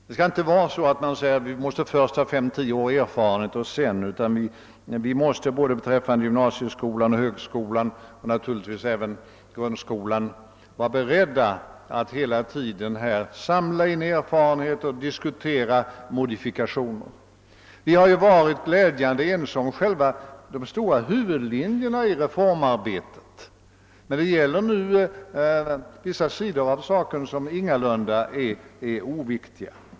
Det bör inte vara så att vi först säger att vi måste ha fem eller tio års erfarenhet innan vi gör något, utan vi måste beträffande både gymnasieskolan och högskolan och naturligtvis även beträffande grundskolan vara beredda att hela tiden samla in erfarenheter och diskutera modifikationer. Vi har varit glädjande ense om de stora huvudlinjerna i reformarbetet, men det gäller nu vissa sidor av saken, vilka ingalunda är oviktiga.